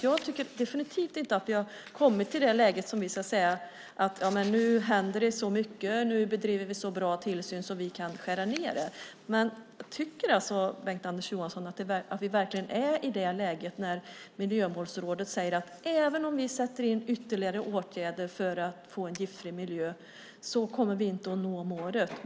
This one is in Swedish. Jag tycker definitivt inte att vi har kommit till det läget att vi kan säga att det nu händer så mycket och att vi bedriver så bra tillsyn att vi kan skära ned det. Tycker Bengt-Anders Johansson att vi är i det läget när Miljömålsrådet säger att även om vi sätter in ytterligare åtgärder för att få en giftfri miljö kommer vi inte att nå målet?